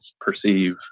perceive